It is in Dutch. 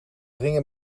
gingen